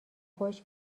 خشک